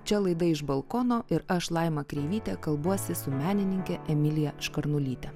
čia laida iš balkono ir aš laima kreivytė kalbuosi su menininke emilija škarnulyte